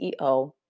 CEO